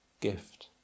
gift